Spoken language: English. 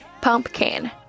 pumpkin